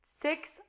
six